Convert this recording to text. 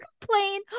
complain